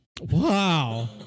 Wow